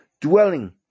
dwelling